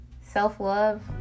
Self-love